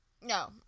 No